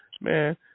Man